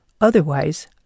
Otherwise